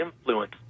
influence